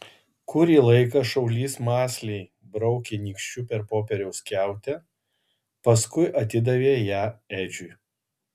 kurį laiką šaulys mąsliai braukė nykščiu per popieriaus skiautę paskui atidavė ją edžiui